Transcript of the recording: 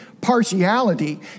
Partiality